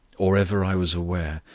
or ever i was aware,